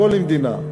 כל מדינה,